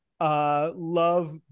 Love